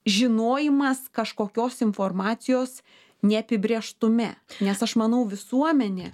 žinojimas kažkokios informacijos neapibrėžtume nes aš manau visuomenė